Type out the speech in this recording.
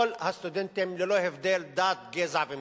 כל הסטודנטים, ללא הבדל דת, גזע ומין.